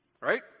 Right